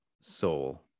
soul